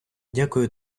дякую